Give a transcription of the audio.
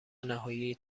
نهایی